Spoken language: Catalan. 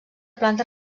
planta